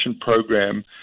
program